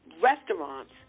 restaurants